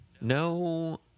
No